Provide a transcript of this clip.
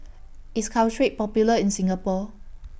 IS Caltrate Popular in Singapore